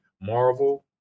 Marvel